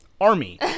Army